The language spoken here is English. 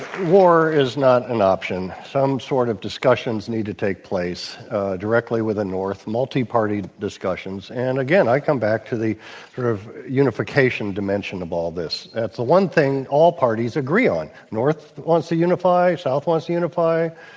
war is not an option. some sort of discussions need to take place directly with the north, multi-partied discussions. and, again, i come back to the sort of unification dimension of all this. it's the one thing all parties agree on. north wants to unify. south wants to unify.